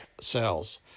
cells